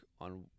on